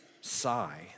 sigh